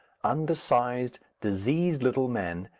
under-sized, diseased little man,